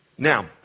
Now